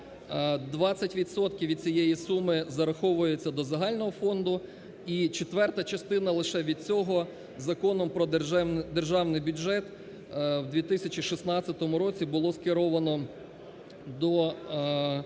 від цієї суми зараховується до загального фонду, і четверта частина лише від цього Законом про державний бюджет у 2016 році було скеровано до Міністерства